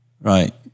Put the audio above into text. Right